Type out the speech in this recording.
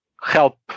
help